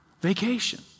vacation